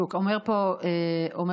זה כמו להגיד: כבישי הדרום מסוכנים.